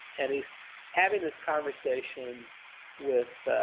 and he's having this conversation with